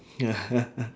ya